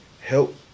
help